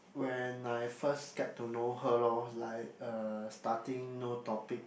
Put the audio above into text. when I first get to know her lor like uh starting no topic